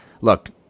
look